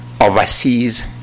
overseas